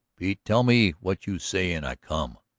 pete tell me what you say an' i come.